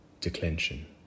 declension